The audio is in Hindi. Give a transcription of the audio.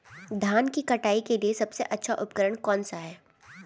धान की कटाई के लिए सबसे अच्छा उपकरण कौन सा है?